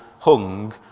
hung